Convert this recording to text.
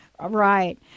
right